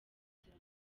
gutera